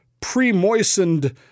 pre-moistened